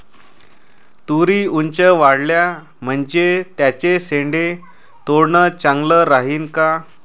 तुरी ऊंच वाढल्या म्हनजे त्याचे शेंडे तोडनं चांगलं राहीन का?